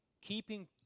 keeping